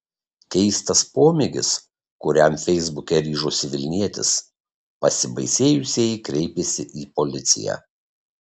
keistas pomėgis kuriam feisbuke ryžosi vilnietis pasibaisėjusieji kreipėsi į policiją